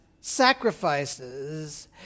sacrifices